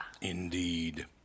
indeed